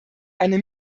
eine